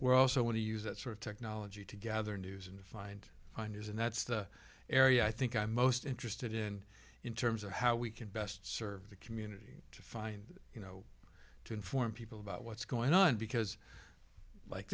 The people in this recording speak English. we're also want to use that sort of technology to gather news and find the news and that's the area i think i'm most interested in in terms of how we can best serve the community to find you know to inform people about what's going on because like